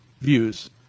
views